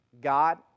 God